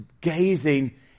gazing